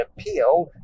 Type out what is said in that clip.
appeal